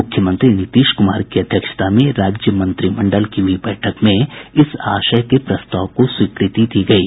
मुख्यमंत्री नीतीश कुमार की अध्यक्षता मे राज्य मंत्रिमंडल की हुई बैठक में इस आशय के प्रस्ताव को स्वीकृति दी गयी